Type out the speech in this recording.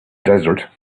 desert